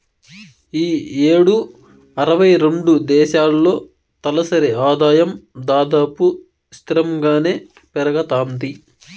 ఈ యేడు అరవై రెండు దేశాల్లో తలసరి ఆదాయం దాదాపు స్తిరంగానే పెరగతాంది